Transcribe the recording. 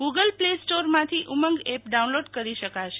Google પ્લેસ્ટોરમાંથી Umang app download કરી શકાશે